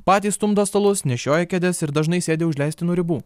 patys stumdo stalus nešioja kėdes ir dažnai sėdi už leistinų ribų